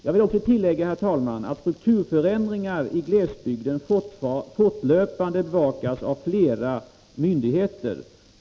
Jag vill också tillägga, herr talman, att strukturförändringar i glesbygden fortlöpande bevakas av flera myndigheter.